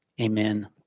Amen